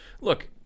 look